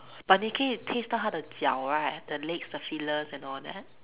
but Nicky taste 到它的脚 right the legs the feelers and all that